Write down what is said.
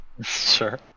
Sure